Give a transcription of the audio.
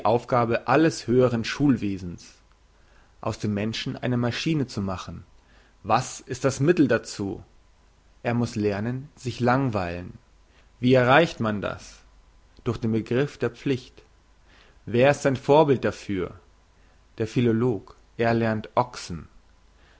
alles höheren schulwesens aus dem menschen eine maschine zu machen was ist das mittel dazu er muss lernen sich langweilen wie erreicht man das durch den begriff der pflicht wer ist sein vorbild dafür der philolog der lehrt ochsen